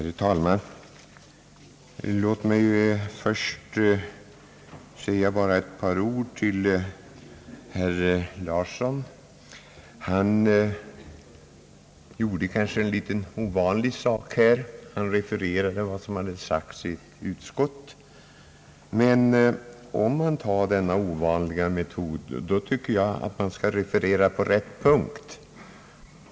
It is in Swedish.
Herr talman! Låt mig först få säga ett par ord till herr Thorsten Larsson. Han gjorde en kanske litet ovanlig sak här. Han refererade nämligen vad som hade sagts i ett utskott. Man om man använder denna ovanliga metod, tycker jag att man skall referera på rätt punkt.